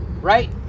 right